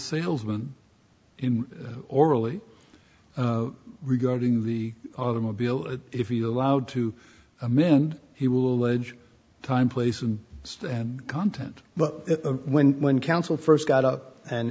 salesman orally regarding the automobile if you are allowed to amend he will edge time place and content but when one council st got up and